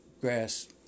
grass